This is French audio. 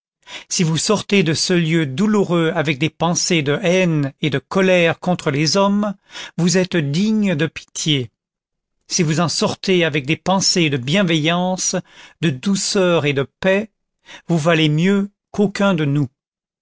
si vous sortez de ce lieu douloureux avec des pensées de haine et de colère contre les hommes vous êtes digne de pitié si vous en sortez avec des pensées de bienveillance de douceur et de paix vous valez mieux qu'aucun de nous